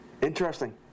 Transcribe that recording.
Interesting